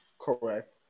Correct